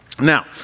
Now